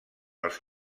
els